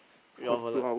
free omelette